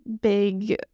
big